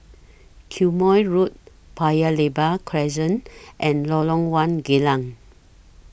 Quemoy Road Paya Lebar Crescent and Lorong one Geylang